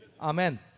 amen